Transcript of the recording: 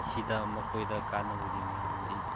ꯑꯁꯤꯗ ꯃꯈꯣꯏꯗ ꯀꯥꯟꯅꯕꯒꯤ ꯃꯔꯝꯗꯤ